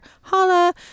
holla